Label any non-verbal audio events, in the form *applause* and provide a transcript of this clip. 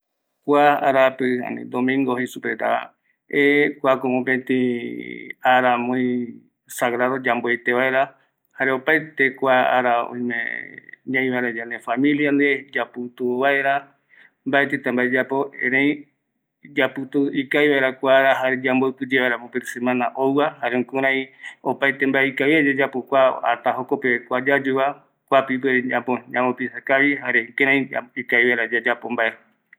Kua arapï jae domingo jei superetava, *hesitation* kuako mopeti ara muy sagrado yamboete vaera, jare opaete kua ara öime ñai vaera yande fqmilia ndive, yaputu vaera, mbaetïta mbae yayapo, erei yaputu ikavi vaera kua ara, jare yamboïpï yee vaera möpëtï semana yee ouva, jare jukurai opaete mbae ikavia yayapo hasta jokope kua yayuva kuape ikavi ñamo piensa kavi, jare kïrai ikavi vaera yayapo mbae.